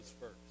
first